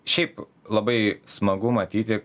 šiaip labai smagu matyti